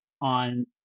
on